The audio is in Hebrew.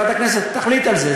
ועדת הכנסת תחליט על זה.